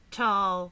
tall